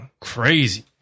Crazy